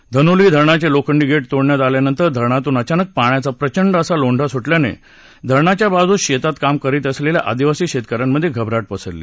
धनोली धरणाचे लोखंडी गेट तोडण्यात आल्यानंतर धरणातून अचानक पाण्याचा प्रचंड असा लोंढा सुटल्याने धरणाच्या बाजूस शेतात काम करीत असलेल्या आदिवासी शेतकऱ्यांमध्ये घबराट पसरली